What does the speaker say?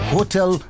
Hotel